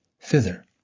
thither